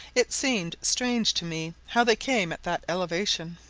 it seemed strange to me how they came at that elevation.